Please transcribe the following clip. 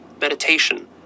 meditation